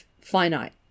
finite